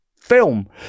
film